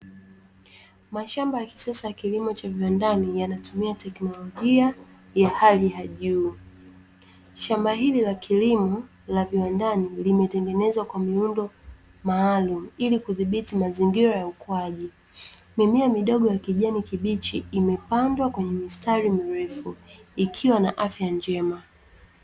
Mashamba ya kisasa ya kilimo cha viwandani, yanatumia tekinolojia ya hali ya juu. Shamba hili la kilimo la viwandani, limetengenezwa kwa miundo maalum ili kudhibiti mazingira ya ukuaji. Mimea midogo ya kijani kibichi imepandwa kwenye mistari mirefu, ikiwa na afya njema.